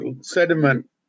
sediment